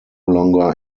longer